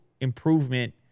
improvement